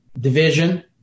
division